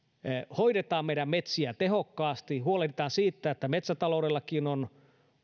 hoidetaan meidän metsiä tehokkaasti huolehditaan siitä että metsätaloudellakin on